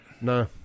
no